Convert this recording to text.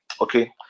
Okay